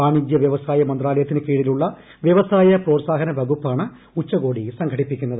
വാണിജ്യവ്യവസായ മന്ത്രാലയത്തിനു കീഴിലുള്ള വൃവസായ പ്രോത്സാഹന വകുപ്പാണ് ഉച്ചകോടി സംഘടിപ്പിക്കുന്നത്